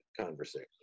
conversation